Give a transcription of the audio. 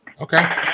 okay